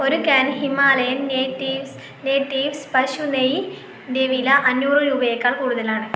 ഒരു can Himalayan natives natives പശു നെയ്യിന്റെ വില അഞ്ഞൂറ് രൂപയേക്കാൾ കൂടുതലാണ്